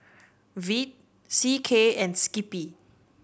Veet C K and Skippy